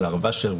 של הרב אשר,